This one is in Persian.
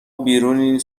بیرونین